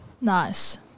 Nice